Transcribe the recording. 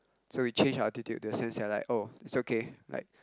so we change our attitude in a sense like oh it's okay like